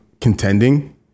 contending